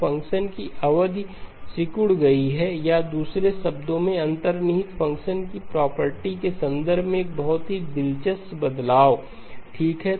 तो फ़ंक्शन की अवधि सिकुड़ गई है या दूसरे शब्दों में अंतर्निहित फ़ंक्शन ej की प्रॉपर्टी के संदर्भ में एक बहुत ही दिलचस्प बदलाव ठीक है